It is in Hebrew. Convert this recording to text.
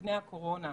מפני הקורונה.